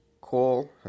Call